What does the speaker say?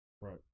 right